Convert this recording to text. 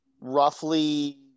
roughly